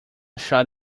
shot